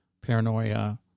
paranoia